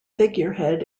figurehead